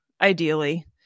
ideally